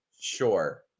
sure